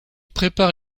prépare